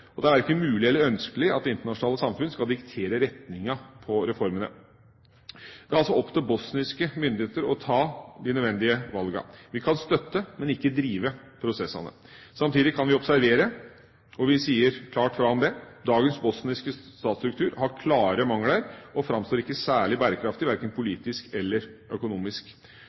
og det er ikke mulig eller ønskelig at det internasjonale samfunn skal diktere retningen på reformene. Det er altså opp til bosniske myndigheter å ta de nødvendige valgene. Vi kan støtte, men ikke drive prosessene. Samtidig kan vi observere – og vi sier klart fra om det: Dagens bosniske statsstruktur har klare mangler og framstår ikke som særlig bærekraftig, verken politisk eller økonomisk.